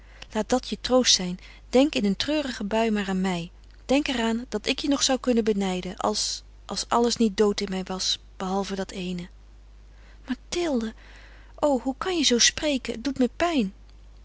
laat dat je troost zijn denk in een treurige bui maar aan mij denk er aan dat ik je nog zou kunnen benijden als als alles niet dood in mij was behalve dat eene mathilde o hoe kan je zoo spreken het doet me pijn